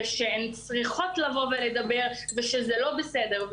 שהן צריכות לבוא ולדבר ושזה לא בסדר.